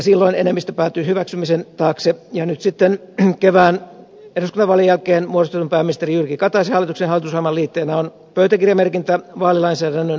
silloin enemmistö päätyi hyväksymisen taakse ja nyt sitten kevään eduskuntavaalien jälkeen muodostetun pääministeri jyrki kataisen hallituksen hallitusohjelman liitteenä on pöytäkirjamerkintä vaalilainsäädännön uudistamisesta